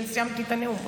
ועוד לא סיימתי את הנאום.